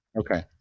Okay